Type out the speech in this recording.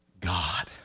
God